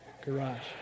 garage